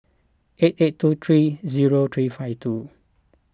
eight eight two three zero three five two